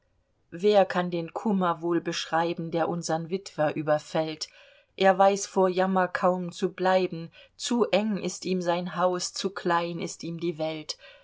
wer kann den kummer wohl beschreiben der unsern witwer überfällt er weiß vor jammer kaum zu bleiben zu eng ist ihm sein haus zu klein ist ihm die welt